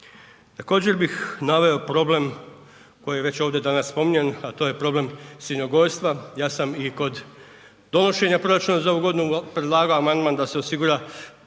Također bih naveo problem koji je već ovdje danas spominjan, a to je problem svinjogojstva, ja sam i kod donošenja proračuna za ovu godinu predlagao amandman da se osigura